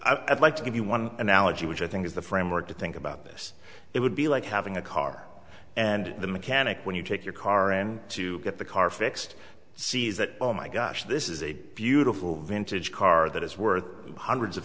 i'd like to give you one analogy which i think is the framework to think about this it would be like having a car and the mechanic when you take your car and to get the car fixed sees that oh my gosh this is a beautiful vintage car that is worth hundreds of